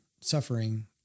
suffering